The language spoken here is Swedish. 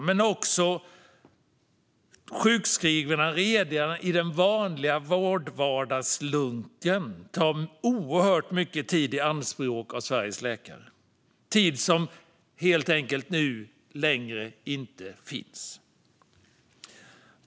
De sjukskrivningar som redan finns i den vanliga vårdvardagslunken tar oerhört mycket tid i anspråk för Sveriges läkare. Det är tid som inte längre finns.